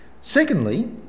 Secondly